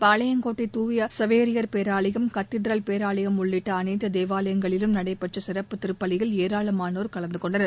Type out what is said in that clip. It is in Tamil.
பாளையங்கோட்டை தூய சவேரியார் பேராலயம் கதீட்ரல் பேராலயம் உள்ளிட்ட அனைத்து தேவாலயங்களிலும் நடைபெற்ற சிறப்புத் திருப்பலியில் ஏராளமானோர் கலந்து கொண்டனர்